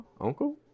uncle